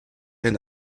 and